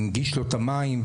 הנגיש לו את המים,